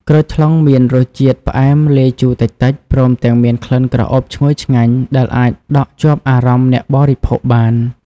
ក្រូចថ្លុងមានរសជាតិផ្អែមលាយជូរតិចៗ ព្រមទាំងមានក្លិនក្រអូបឈ្ងុយឆ្ងាញ់ដែលអាចដក់ជាប់អារម្មណ៍អ្នកបរិភោគបាន។